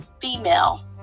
female